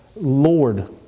Lord